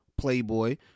playboy